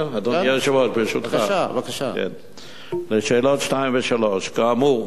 היושב-ראש, ברשותך, לשאלות 2 3. כאמור,